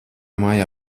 mājā